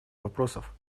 вопросов